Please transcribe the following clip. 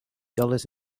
dollars